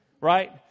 Right